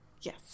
Yes